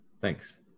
Thanks